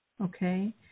Okay